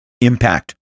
impact